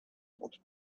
wanted